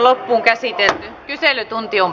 kysymyksen käsittely päättyi